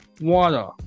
Water